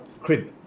crib